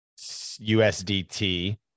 USDT